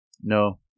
No